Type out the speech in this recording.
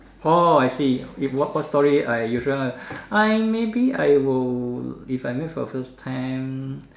orh I see if what what story I usual one I maybe I will if I meet for first time